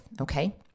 Okay